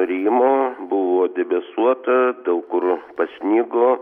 rimo buvo debesuota daug kur pasnigo